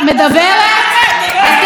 התקפה, הסתה.